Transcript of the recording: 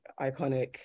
iconic